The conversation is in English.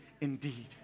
indeed